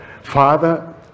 father